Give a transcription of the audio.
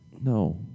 No